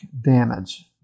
damage